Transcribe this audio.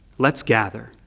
let's gather.